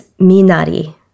minari